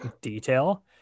detail